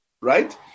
right